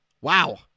wow